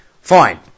Fine